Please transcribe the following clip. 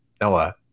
Noah